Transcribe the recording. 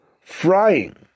frying